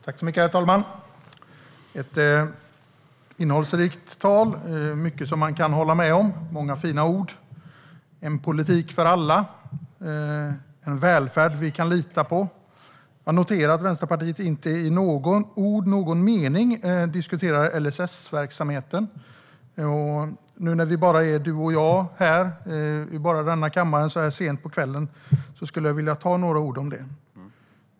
Herr talman! Det var ett innehållsrikt tal med mycket som man kan hålla med om och många fina ord: en politik för alla, och en välfärd vi kan lita på. Jag noterar att Vänsterpartiet inte i några ord eller någon mening diskuterar LSS-verksamheten. Nu när vi bara är du och jag här i denna kammare så här sent på kvällen vill jag säga några ord om det.